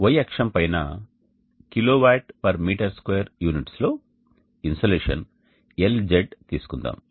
Y అక్షం పైన kWm2 units లో ఇన్సోలేషన్ LZ తీసుకుందాం